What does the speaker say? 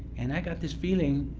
and i got this feeling,